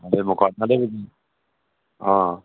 ते मकाना दे बी हां